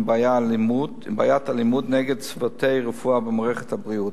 בעיית האלימות נגד צוותי רפואה במערכת הבריאות.